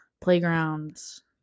playgrounds